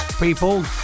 people